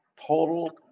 Total